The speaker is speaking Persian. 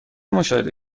مشاهده